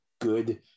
good